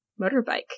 motorbike